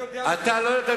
אתה לא יודע.